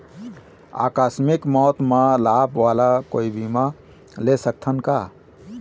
आकस मिक मौत म लाभ वाला कोई बीमा ले सकथन का?